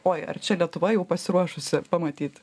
oi ar čia lietuva jau pasiruošusi pamatyti